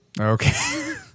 Okay